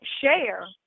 share